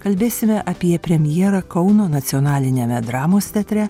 kalbėsime apie premjerą kauno nacionaliniame dramos teatre